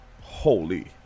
holy